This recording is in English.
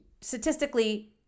statistically